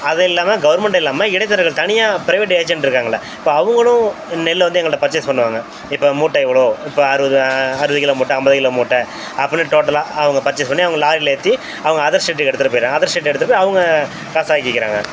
அது இல்லாமல் கவர்மெண்ட் இல்லாமல் இடைத் தரகர்கள் தனியாக ப்ரைவேட் ஏஜென்ட் இருக்காங்கள்ல இப்போ அவங்களும் நெல்லை வந்து எங்கள்கிட்ட பர்ச்சேஸ் பண்ணுவாங்க இப்போ மூட்டை இவ்வளோ இப்போ அறுபது அறுபது கிலோ மூட்டை ஐம்பது கிலோ மூட்டை அப்புடின்னு டோட்டலாக அவங்க பர்ச்சேஸ் பண்ணி அவங்க லாரியில் ஏற்றி அவங்க அதர் ஸ்டேட்டுக்கு எடுத்துகிட்டு போயிடறாங்க அதர் ஸ்டேட்டு எடுத்துகிட்டு அவங்க காசாக்கிக்கிறாங்க